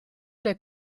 der